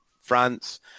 France